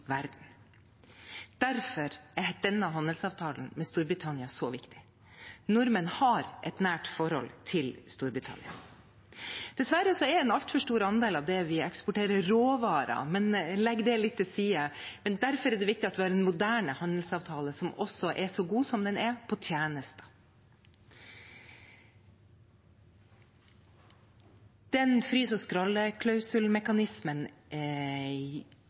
verden. Derfor er denne handelsavtalen med Storbritannia så viktig. Nordmenn har et nært forhold til Storbritannia. Dessverre er en altfor stor andel av det vi eksporterer, råvarer – men legg det litt til side – men derfor er det viktig at vi har en moderne handelsavtale som også er så god som den er, på tjenester. Den